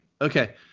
okay